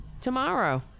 tomorrow